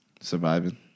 Surviving